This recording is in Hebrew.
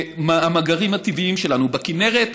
במאגרים הטבעיים שלנו, בכינרת,